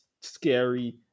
scary